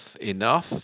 enough